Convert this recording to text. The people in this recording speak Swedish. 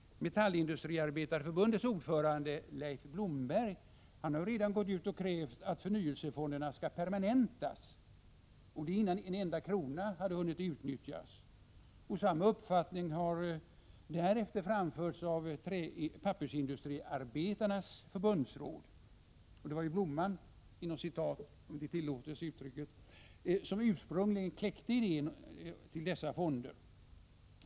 Metallindustriarbetareförbundets ordförande, Leif Blomberg, har ju redan gått ut och krävt att förnyelsefonderna skall permanentas — och det innan en enda krona hade hunnit utnyttjas! Samma uppfattning har därefter framförts av pappersindustriarbetarnas förbundsråd. Och det var ju ”Blomman” i Metall som ursprungligen kläckte idén till dessa fonder.